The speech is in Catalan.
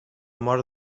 mort